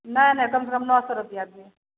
नहि नहि कमसे कम नओ सओ रुपैआ दिऔ